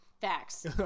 Facts